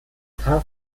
paar